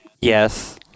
Yes